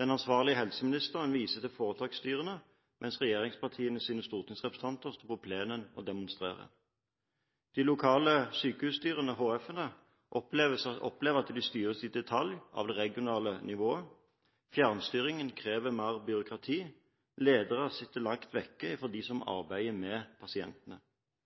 Den ansvarlige helseministeren viser til foretaksstyrene, mens regjeringspartienes stortingsrepresentanter står på plenen og demonstrerer. De lokale sykehusstyrene, HF-ene, opplever at de styres i detalj av det regionale nivået. Fjernstyringen krever mer byråkrati, og lederne sitter langt vekk fra dem som arbeider med pasientene.